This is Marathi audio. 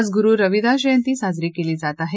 आज गुरू रविदास जयंती साजरी केली जात आहे